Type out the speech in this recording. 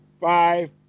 five